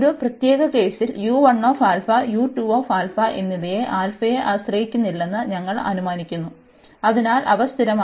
ഒരു പ്രത്യേക കേസിൽ എന്നിവ യെ ആശ്രയിക്കുന്നില്ലെന്ന് ഞങ്ങൾ അനുമാനിക്കുന്നു അതിനാൽ അവ സ്ഥിരമാണ്